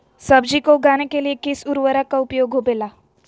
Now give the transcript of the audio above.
सब्जी को उगाने के लिए किस उर्वरक का उपयोग होबेला?